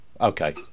Okay